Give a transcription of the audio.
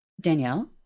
Danielle